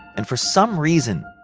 and for some reason,